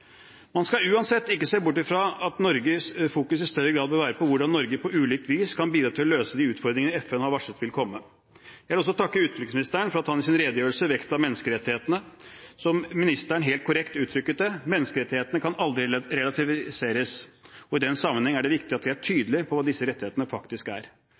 Man skal uansett ikke se bort fra at Norges fokus i større grad bør være på hvordan Norge på ulikt vis kan bidra til å løse de utfordringene FN har varslet vil komme. Jeg vil også takke utenriksministeren for at han i sin redegjørelse vektla menneskerettighetene. Som ministeren helt korrekt uttrykte det: Menneskerettighetene kan aldri relativiseres. I den sammenheng er det viktig at vi er tydelige på hva disse rettighetene faktisk er.